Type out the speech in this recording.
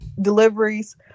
deliveries